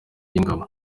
y’ingabo